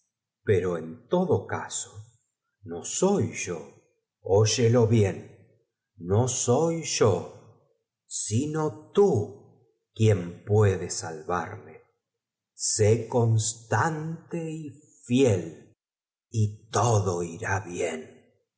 pero en todo caso no soy yo óyelo bien no soy yo sino tú quien puede salvarle sé constante y fiel y todo irá bien